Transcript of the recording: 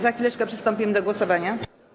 Za chwileczkę przystąpimy do głosowania.